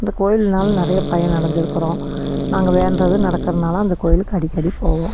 இந்த கோயில்னால் நிறைய பயன் அடைஞ்சிருக்குறோம் நாங்கள் வேண்டுறது நடக்கறனால் அந்த கோயிலுக்கு அடிக்கடி போவோம்